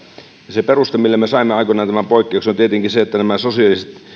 se peruste millä me me saimme aikoinaan tämän poikkeuksen on tietenkin se että nämä